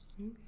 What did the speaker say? Okay